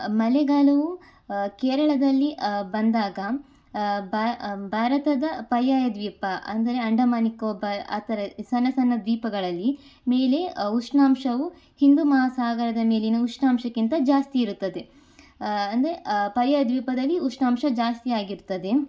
ಮಳೆಗಾಲವು ಕೇರಳದಲ್ಲಿ ಬಂದಾಗ ಭಾರತದ ಪರ್ಯಾಯ ದ್ವೀಪ ಅಂದರೆ ಅಂಡಮಾನ್ ನಿಕೋಬಾರ್ ಆ ಥರ ಸಣ್ಣ ಸಣ್ಣ ದ್ವೀಪಗಳಲ್ಲಿ ಮೇಲೆ ಉಷ್ಣಾಂಶವು ಹಿಂದೂ ಮಹಾಸಾಗರದ ಮೇಲಿನ ಉಷ್ಣಾಂಶಕ್ಕಿಂತ ಜಾಸ್ತಿ ಇರುತ್ತದೆ ಅಂದರೆ ಪರ್ಯಾಯ ದ್ವೀಪದಲ್ಲಿ ಉಷ್ಣಾಂಶ ಜಾಸ್ತಿಯಾಗಿರ್ತದೆ